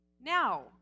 Now